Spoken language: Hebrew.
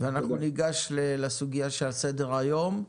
ואנחנו ניגש לסוגיה שעל סדר היום.